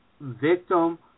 victim